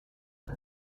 see